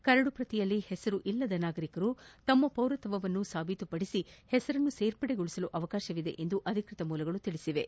ಕರಡಿನಲ್ಲಿ ಹೆಸರಿಲ್ಲದ ನಾಗರಿಕರು ತಮ್ಮ ಪೌರತ್ವವನ್ನು ಸಾಬೀತುಪಡಿಸಿ ಹೆಸರನ್ನು ಸೇರಿಸಿಕೊಳ್ಳಲು ಅವಕಾಶವಿದೆ ಎಂದು ಅಧಿಕೃತ ಮೂಲಗಳು ತಿಳಿಸಿವೆ